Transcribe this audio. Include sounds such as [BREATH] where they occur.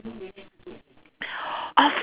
[BREATH] of